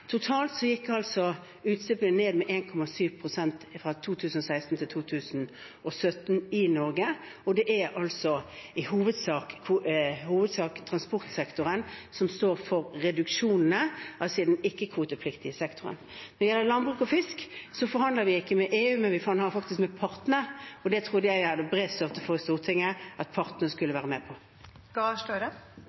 Totalt gikk utslippene ned med 1,7 pst. fra 2016 til 2017 i Norge. Det er altså i hovedsak transportsektoren som står for reduksjonene, altså i den ikke-kvotepliktige sektoren. Når det gjelder landbruk og fisk, forhandler vi ikke med EU, men vi forhandler faktisk med partene, og det trodde jeg det var bred støtte for i Stortinget at partene skulle være med